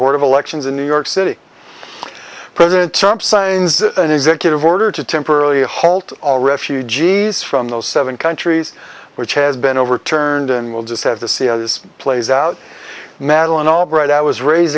board of elections in new york city president term signs an executive order to temporarily halt all refugees from those seven countries which has been overturned and we'll just have to see how this plays out madeleine albright i was raised